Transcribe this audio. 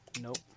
nope